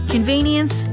Convenience